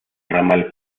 ramal